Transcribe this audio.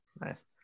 Nice